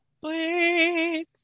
Wait